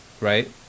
right